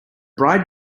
bride